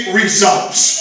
results